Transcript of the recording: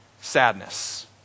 sadness